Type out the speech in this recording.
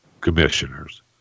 commissioners